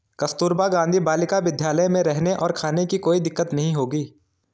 कस्तूरबा गांधी बालिका विद्यालय में रहने और खाने की कोई दिक्कत नहीं होगी